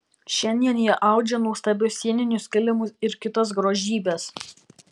šiandien ji audžia nuostabius sieninius kilimus ir kitas grožybes